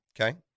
Okay